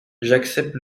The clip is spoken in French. j’accepte